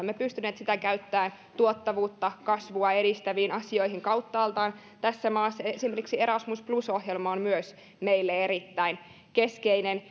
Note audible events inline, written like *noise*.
*unintelligible* me olemme pystyneet sitä käyttämään tuottavuutta ja kasvua edistäviin asioihin kauttaaltaan tässä maassa esimerkiksi erasmus plus ohjelma on myös meille erittäin keskeinen *unintelligible*